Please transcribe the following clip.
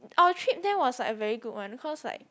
our trip there was like a very good one cause like